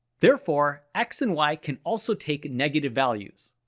therefore x and y can also take negative values.